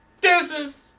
Deuces